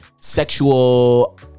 sexual